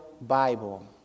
Bible